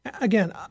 again